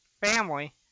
family